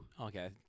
Okay